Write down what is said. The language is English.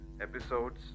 episodes